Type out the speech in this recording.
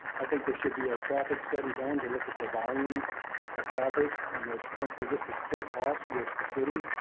i think there should be a traffic study done to look at the volume of traffic and essentially just to split cost with the city.